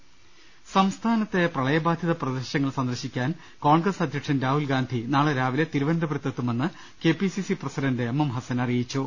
ലലലലലലലലലലലല സംസ്ഥാനത്തെ പ്രളയബാധിത പ്രദേശങ്ങൾ സന്ദർശി ക്കാൻ കോൺഗ്രസ് അധ്യക്ഷൻ രാഹുൽഗാന്ധി നാളെ രാവിലെ തിരുവനന്തപുരത്തെത്തുമെന്ന് കെ പി സി സി പ്രസി ഡണ്ട് എം എം ഹസ്സൻ അറിയിച്ചു